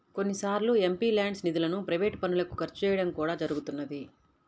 కొన్నిసార్లు ఎంపీల్యాడ్స్ నిధులను ప్రైవేట్ పనులకు ఖర్చు చేయడం కూడా జరుగుతున్నది